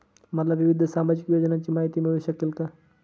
मला विविध सामाजिक योजनांची माहिती मिळू शकेल का?